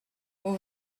vous